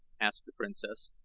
asked the princess.